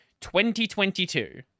2022